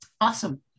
Awesome